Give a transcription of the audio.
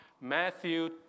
Matthew